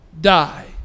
die